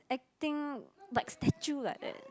acting like statue like that